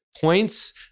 points